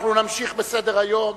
אנחנו נמשיך בסדר-היום.